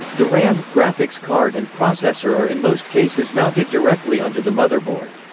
the ram, graphics card and processor are in most cases mounted directly onto the motherboard.